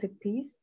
piece